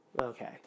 okay